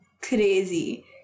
crazy